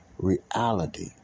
Reality